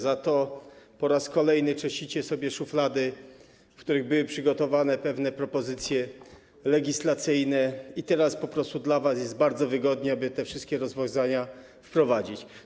Za to po raz kolejny czyścicie sobie szuflady, w których były przygotowane pewne propozycje legislacyjne, i teraz po prostu dla was jest bardzo wygodnie, aby te wszystkie rozwiązania wprowadzić.